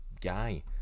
guy